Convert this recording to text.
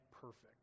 perfect